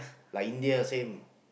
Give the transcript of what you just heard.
like India same